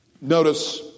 Notice